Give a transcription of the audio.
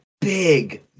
big